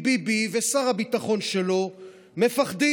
כי ביבי ושר הביטחון שלו מפחדים.